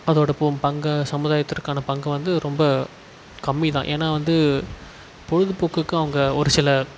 அதோடய போ பங்க சமுதாயத்திற்கான பங்கை வந்து ரொம்ப கம்மி தான் ஏன்னா வந்து பொழுதுபோக்குக்கு அவங்க ஒரு சில